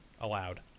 allowed